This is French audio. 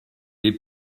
les